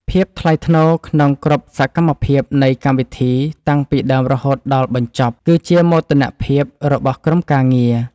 ភាពថ្លៃថ្នូរក្នុងគ្រប់សកម្មភាពនៃកម្មវិធីតាំងពីដើមរហូតដល់បញ្ចប់គឺជាមោទនភាពរបស់ក្រុមការងារ។